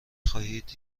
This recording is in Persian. خواهید